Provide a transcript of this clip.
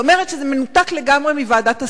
זאת אומרת שזה מנותק לגמרי מוועדת הסל.